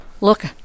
look